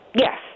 Yes